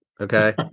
Okay